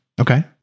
Okay